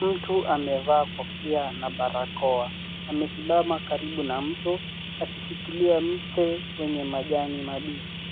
Mtu amevaa kofia na barakoa. Amesimama karibu na mto, akishikilia mche wenye majani mabichi.